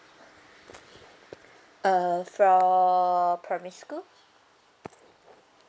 err for primary school